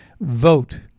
vote